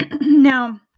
Now